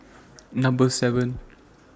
Number seven